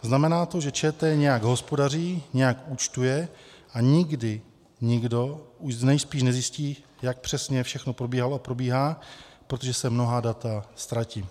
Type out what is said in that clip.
Znamená to, že ČT nějak hospodaří, nějak účtuje a nikdy nikdo už nejspíš nezjistí, jak přesně všechno probíhalo a probíhá, protože se mnohá data ztratí.